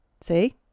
See